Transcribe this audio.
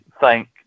thank